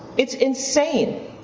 it's insane.